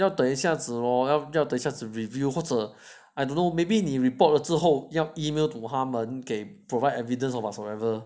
要等一下子 lor 要要等一下子 review 或者 I don't know maybe 你 report 了之后要 email to 他们给